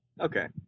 okay